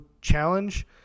challenge